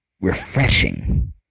refreshing